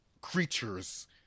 creatures